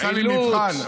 עילוט.